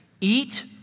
eat